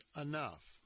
enough